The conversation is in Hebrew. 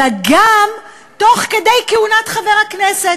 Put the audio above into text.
אלא גם תוך כדי כהונת חבר הכנסת.